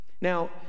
Now